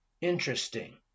interesting